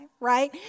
right